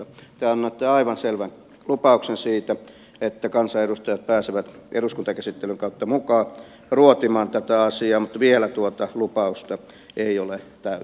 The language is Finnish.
te annoitte aivan selvän lupauksen siitä että kansanedustajat pääsevät eduskuntakäsittelyn kautta mukaan ruotimaan tätä asiaa mutta vielä tuota lupausta ei ole täytetty